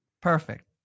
Perfect